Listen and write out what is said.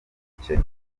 ubukene